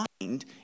mind